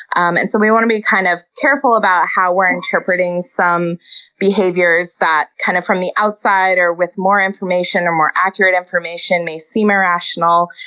um and so we want to be kind of careful about how we're interpreting some behaviors that, kind of from the outside, or with more information, or more accurate information may seem irrational,